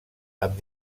amb